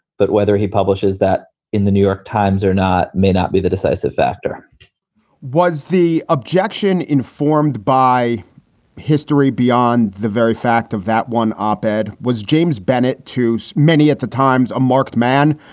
but whether he publishes that in the new york times or not may not be the decisive factor was the objection informed by history beyond the very fact of that one op ed was james bennett, to many at the times, a marked man,